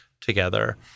together